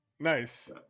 Nice